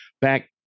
back